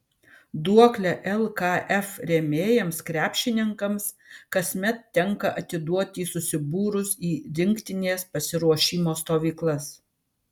duoklę lkf rėmėjams krepšininkams kasmet tenka atiduoti susibūrus į rinktinės pasiruošimo stovyklas